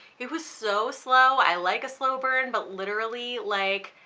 it was so slow. i like a slow burn but literally like